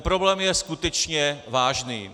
Problém je skutečně vážný.